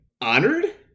honored